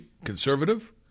conservative